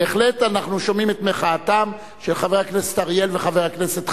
בהחלט אנחנו שומעים את מחאתם של חבר הכנסת אריאל וחבר הכנסת חנין.